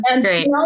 great